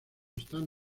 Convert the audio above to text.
están